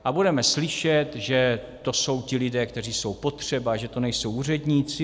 A budeme slyšet, že to jsou ti lidé, kteří jsou potřeba, že to nejsou úředníci.